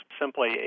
simply